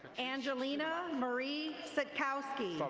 angelina marie suckowsky.